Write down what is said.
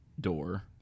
door